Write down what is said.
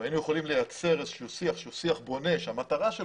והיינו יכולים לייצר איזשהו שיח שהוא שיח בונה שהמטרה של,